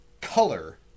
color